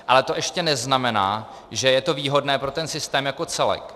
Ale to ještě neznamená, že je to výhodné pro ten systém jako celek.